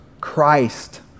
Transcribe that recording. Christ